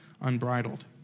unbridled